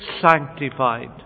sanctified